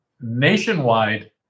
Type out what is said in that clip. Nationwide